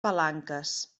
palanques